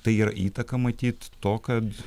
tai yra įtaka matyt to kad